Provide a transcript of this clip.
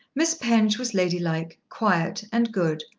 miss penge was ladylike, quiet, and good,